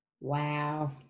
Wow